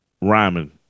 rhyming